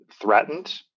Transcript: threatened